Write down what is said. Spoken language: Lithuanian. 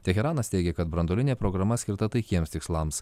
teheranas teigia kad branduolinė programa skirta taikiems tikslams